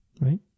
right